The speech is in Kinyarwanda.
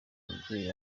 umubyeyi